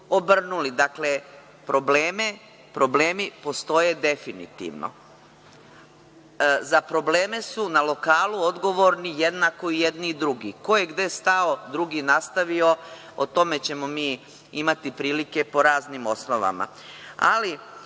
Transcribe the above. obrnuli? Dakle, problemi postoje definitivno.Za probleme su na lokalu odgovorni jednako i jedni i drugi. Ko je gde stao, drugi nastavio, o tome ćemo mi imati prilike po raznim osnovama. Ali,